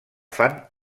fan